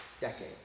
decade